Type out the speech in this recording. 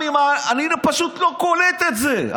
אני פשוט לא קולט את זה.